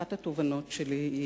אחת התובנות שלי היא,